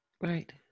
Right